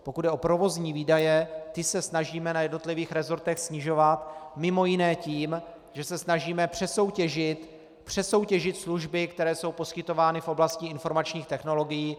Pokud jde o provozní výdaje, ty se snažíme na jednotlivých resortech snižovat mimo jiné tím, že se snažíme přesoutěžit služby, které jsou poskytovány v oblasti informačních technologií.